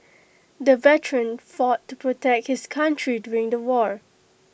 the veteran fought to protect his country during the war